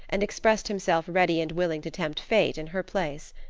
and expressed himself ready and willing to tempt fate in her place.